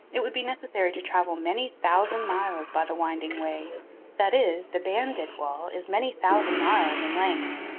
it would be necessary to travel many thousand miles by the winding way that is, the banded wall is many thousand miles in length.